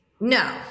No